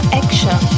action